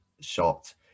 shot